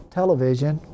television